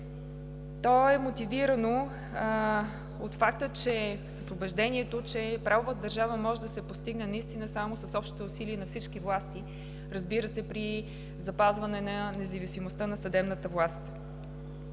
То е мотивирано с убеждението, че правова държава може да се постигне наистина само с общите усилия на всички власти, разбира се, при запазване на независимостта на съдебната власт.